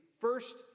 first